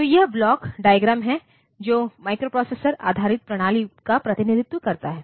तो यह block diagram है जो माइक्रोप्रोसेसर आधारित प्रणाली का प्रतिनिधित्व करता है